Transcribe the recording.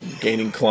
gaining